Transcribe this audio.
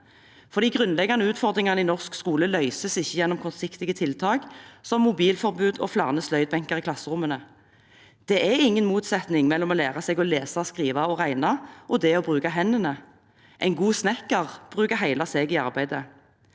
De grunnleggende utfordringene i norsk skole løses ikke gjennom kortsiktige tiltak, som mobilforbud og flere sløydbenker i klasserommene. Det er ingen motsetning mellom å lære seg å lese, skrive og regne og det å bruke hendene. En god snekker bruker hele seg i arbeidet.